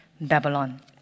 Babylon